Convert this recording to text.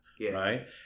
Right